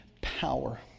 power